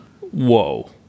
Whoa